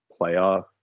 playoff